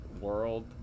world